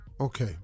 Okay